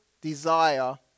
desire